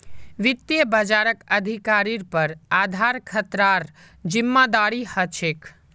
वित्त बाजारक अधिकारिर पर आधार खतरार जिम्मादारी ह छेक